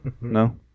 No